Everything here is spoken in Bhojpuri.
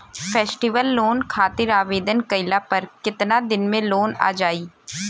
फेस्टीवल लोन खातिर आवेदन कईला पर केतना दिन मे लोन आ जाई?